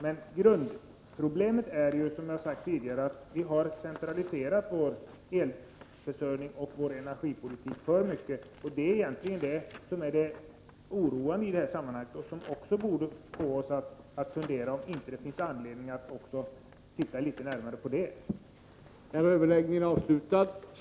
Men grundproblemet är, som jag sagt tidigare, att vi har centraliserat vår energiförsörjning och vår energipolitik för mycket. Det är egentligen det som är det oroande i detta sammanhang och som borde få oss att fundera över om det inte finns anledning att titta litet närmare också på det förhållandet.